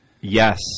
Yes